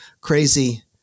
crazy